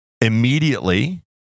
Immediately